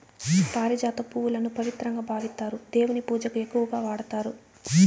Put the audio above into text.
పారిజాత పువ్వులను పవిత్రంగా భావిస్తారు, దేవుని పూజకు ఎక్కువగా వాడతారు